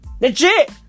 legit